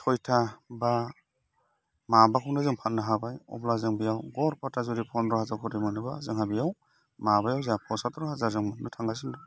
सयथा बा माबाखौनो जों फाननो हाबाय अब्ला जों बेयाव गरफाथा जुदि जोङो फन्द्र' हाजार खरि मोनोबा जोंहा बेयाव माबायाव जोंहा फसाथुर हाजार जों मोननो थांगासिनो दं